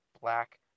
Black